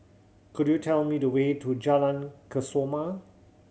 could you tell me the way to Jalan Kesoma